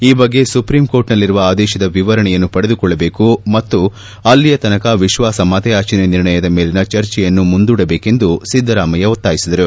ಈ ಬಗ್ಗೆ ಸುಪ್ರೀಂಕೋರ್ಟ್ನಲ್ಲಿರುವ ಆದೇಶದ ವಿವರಣೆಯನ್ನು ಪಡೆದುಕೊಳ್ಳಬೇಕು ಮತ್ತು ಅಲ್ಲಿಯ ತನಕ ವಿಶ್ವಾಸಮತಯಾಚನೆ ನಿರ್ಣಯದ ಮೇಲಿನ ಚರ್ಚೆಯನ್ನು ಮುಂದೂಡಬೇಕೆಂದು ಸಿದ್ದರಾಮಯ್ಯ ಒತ್ತಾಯಿಸಿದರು